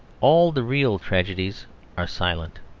all the real tragedies are silent.